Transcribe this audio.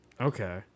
Okay